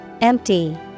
Empty